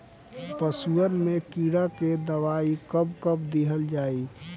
पशुअन मैं कीड़ा के दवाई कब कब दिहल जाई?